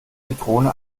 zitrone